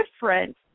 different